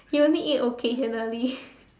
you only eat occasionally